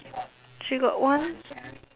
she got one